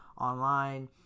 online